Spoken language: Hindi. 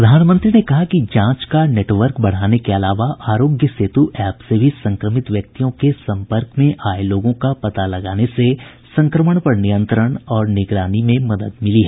प्रधानमंत्री ने कहा कि जांच का नेटवर्क बढ़ाने के अलावा आरोग्य सेतु एप से भी संक्रमित व्यक्तियों के सम्पर्क में आए लोगों का पता लगाने से संक्रमण पर नियंत्रण और निगरानी में मदद मिली है